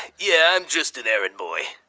yeah i'm just an errand boy.